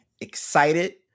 excited